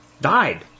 died